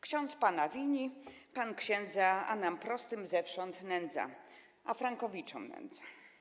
Ksiądz pana wini, pan księdza, a nam prostym zewsząd nędza” - a frankowiczom nędza.